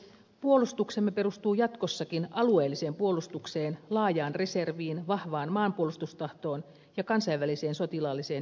puolustuksemme perustuu jatkossakin alueelliseen puolustukseen laajaan reserviin vahvaan maanpuolustustahtoon ja kansainväliseen sotilaalliseen yhteistyöhön